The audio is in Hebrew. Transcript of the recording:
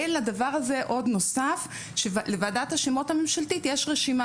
ולדבר הזה עוד נוסף שלוועדת השמות הממשלתית יש רשימה